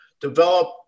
develop